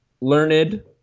learned